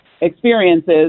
experiences